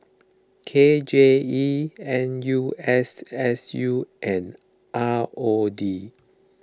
K J E N U S S U and R O D